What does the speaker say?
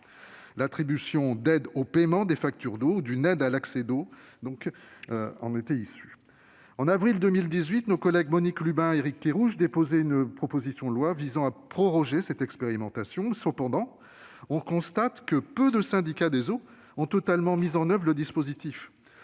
l'attribution d'aides au paiement des factures d'eau ou d'une aide à l'accès à l'eau. En avril 2018, nos collègues Monique Lubin et Éric Kerrouche déposaient une proposition de loi visant à proroger cette expérimentation. Nous constatons toutefois que peu de syndicats des eaux ont totalement mis en oeuvre le dispositif.